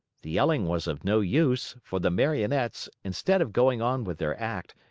the yelling was of no use, for the marionettes, instead of going on with their act,